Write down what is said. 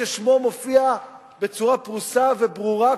ששמו מופיע בצורה פרוסה וברורה,